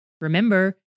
Remember